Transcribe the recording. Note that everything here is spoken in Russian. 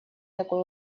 такой